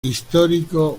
histórico